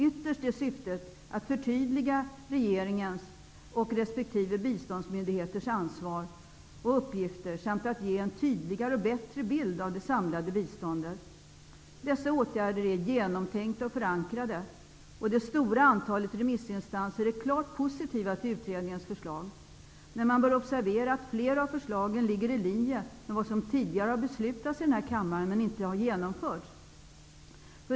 Ytterst är syftet att förtydliga regeringens och resp. biståndsmyndigheters ansvar och uppgifter samt att ge en tydligare och bättre bild av det samlade biståndet. Dessa åtgärder är genomtänkta och förankrade. Ett stort antal remissinstanser är klart positiva till utredningens förslag. Men man bör observera att flera av förslagen ligger i linje med vad som tidigare har beslutats här i kammaren men som inte genomförts.